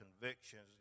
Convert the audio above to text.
convictions